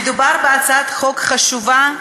מדובר בהצעת חוק חשובה,